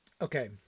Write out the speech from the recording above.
okay